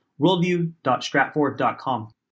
worldview.stratfor.com